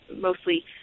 mostly